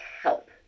help